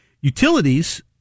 Utilities